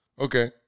Okay